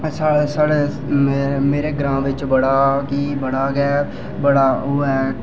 जेह्दे कारण अस साढ़े ग्रां च बड़ा गै